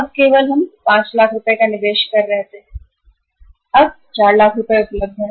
अब केवल 4 लाख उपलब्ध हैं